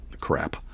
crap